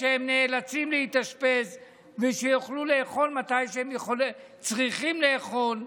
כשהם נאלצים להתאשפז ושיוכלו לאכול מתי שהם צריכים לאכול,